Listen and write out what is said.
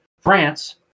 France